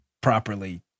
properly